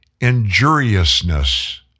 injuriousness